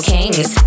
Kings